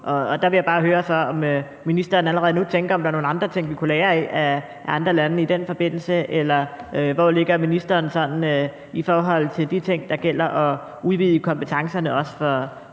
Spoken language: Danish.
Jeg vil bare høre, om ministeren allerede nu tænker, om der er nogle andre ting, vi kunne lære af andre lande i den forbindelse, eller hvor ministeren ligger i forhold til de ting, der gælder, også i forbindelse med at